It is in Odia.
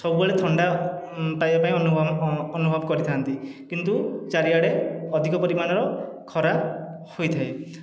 ସବୁବେଳେ ଥଣ୍ଡା ପାଇବା ପାଇଁ ଅନୁଭବ କରିଥାନ୍ତି କିନ୍ତୁ ଚାରିଆଡ଼େ ଅଧିକ ପରିମାଣର ଖରା ହୋଇଥାଏ